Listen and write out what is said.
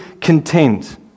content